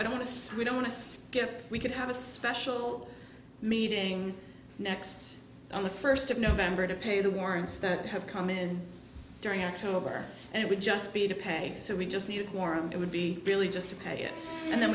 i don't this we don't want to skip we could have a special meeting next on the first of november to pay the warrants that have come in during october and it would just be to pags so we just need a quorum it would be really just to pay it and then